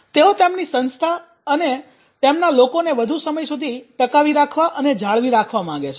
તેઓ તેમની સંસ્થા અને તેમના લોકોને વધુ સમય સુધી ટકાવી રાખવા અને જાળવી રાખવા માંગે છે